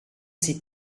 see